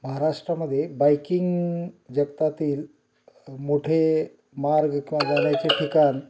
महाराष्ट्रामध्ये बाईकिंग जगतातील मोठे मार्ग किंवा जाण्याचे ठिकाण